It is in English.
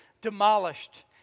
demolished